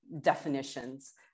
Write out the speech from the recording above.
definitions